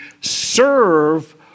serve